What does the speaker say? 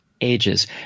ages